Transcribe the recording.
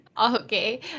okay